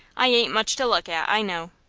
i ain't much to look at, i know.